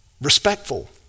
respectful